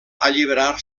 alliberar